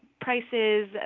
prices